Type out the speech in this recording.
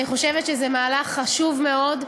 אני חושבת שזה מהלך חשוב מאוד,